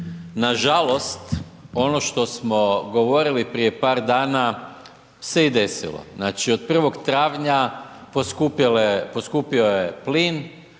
Nažalost, ono što smo govorili prije par dana se i desilo, znači od 1. travnja poskupio je plin,